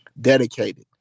dedicated